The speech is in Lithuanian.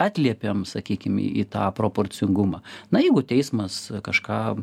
atliepėm sakykim į tą proporcingumą na jeigu teismas kažką